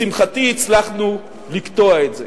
לשמחתי הצלחנו לקטוע את זה.